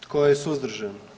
Tko je suzdržan?